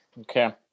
Okay